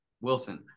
Wilson